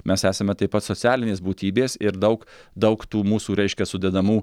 mes esame taip pat socialinės būtybės ir daug daug tų mūsų reiškia sudedamų